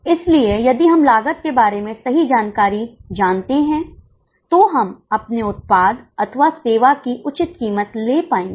इसलिए यदि हम लागत के बारे में सही जानकारी जानते हैं तो हम अपने उत्पाद अथवा सेवा की उचित कीमत ले पाएंगे